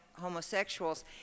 homosexuals